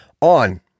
on